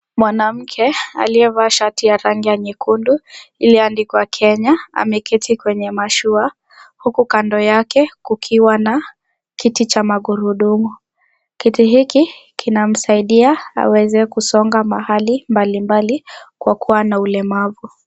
Mwanamke, aliyevaa shati ya rangi ya nyekundu, iliyoandikwa Kenya, ameketi kwenye masua, huku kando yake kukiwa na, kiti cha magurudumu, kiti hiki kinamsaidia aweze kusonga mahali mbali mbali, kwa kuwa ana ulemavu.